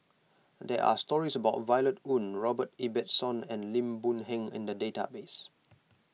there are stories about Violet Oon Robert Ibbetson and Lim Boon Heng in the database